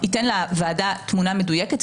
ייתן לוועדה תמונה מדויקת.